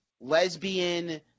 lesbian